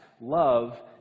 love